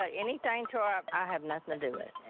ah anything tore up, i have nothing to do with.